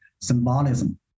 symbolism